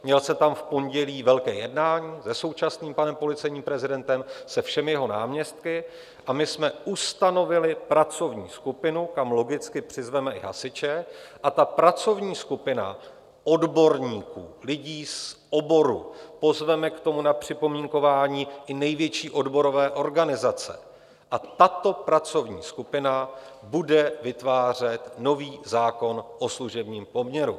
Měl jsem tam v pondělí velké jednání se současným panem policejním prezidentem, se všemi jeho náměstky, a my jsme ustanovili pracovní skupinu, kam logicky přizveme i hasiče, a ta pracovní skupina odborníků, lidí z oboru pozveme k tomu na připomínkování i největší odborové organizace a tato pracovní skupina bude vytvářet nový zákon o služebním poměru.